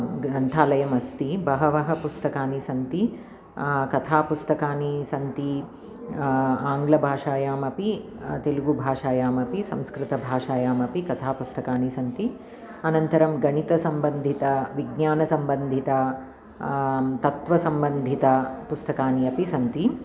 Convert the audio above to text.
ग्रन्थालयः अस्ति बहवः पुस्तकानि सन्ति कथा पुस्तकानि सन्ति आङ्ग्लभाषायामपि तेलुगुभाषायामपि संस्कृतभाषायामपि कथापुस्तकानि सन्ति अनन्तरं गणितसम्बन्धित विज्ञानसम्बन्धित तत्त्वसम्बन्धितपुस्तकानि अपि सन्ति